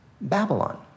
Babylon